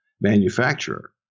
manufacturer